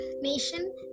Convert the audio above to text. nation